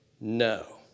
no